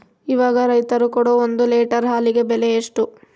ಇವಾಗ ರೈತರು ಕೊಡೊ ಒಂದು ಲೇಟರ್ ಹಾಲಿಗೆ ಬೆಲೆ ಎಷ್ಟು?